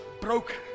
broken